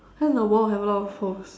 then the wall have a lot of holes